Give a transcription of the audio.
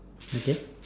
okay